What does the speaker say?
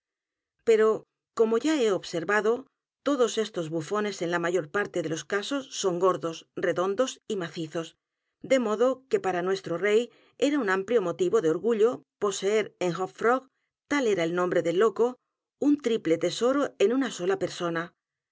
o como ya he observado todos estos bufones en la mayor parte de los casos son gordos redondos y macizos de modo que para nuestro rey era un amplio motivo de orgullo poseer en hop frog tal era el nombre del loco un triple tesoro en una sola persona